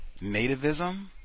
nativism